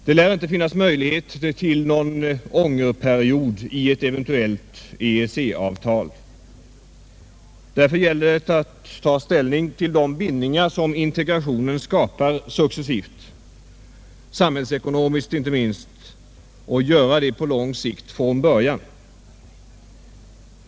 Det lär inte finnas möjligheter till någon ”ångerperiod” i ett eventuellt EEC-avtal. Därför gäller det att ta ställning till de bindningar som integrationen successivt skapar, inte minst samhällsekonomiskt, och göra det långsiktigt från början.